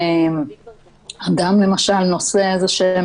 אדם עונה לשאלות,